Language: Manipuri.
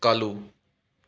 ꯀꯥꯜꯂꯨ